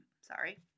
sorry